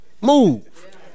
move